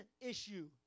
issue